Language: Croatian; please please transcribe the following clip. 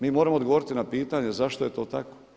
Mi moramo odgovoriti na pitanje zašto je to tako.